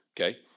okay